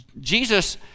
jesus